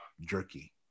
jerky